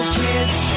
kids